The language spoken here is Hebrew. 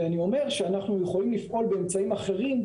ואני אומר שאנחנו יכולים לפעול באמצעים אחרים,